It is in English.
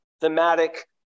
thematic